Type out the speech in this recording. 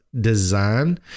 design